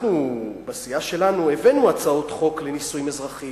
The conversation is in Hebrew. בסיעה שלנו הבאנו הצעות חוק לנישואים אזרחיים,